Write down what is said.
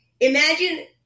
Imagine